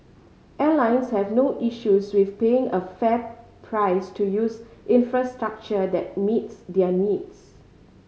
airlines have no issues with paying a fair price to use infrastructure that meets their needs